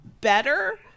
better